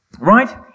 right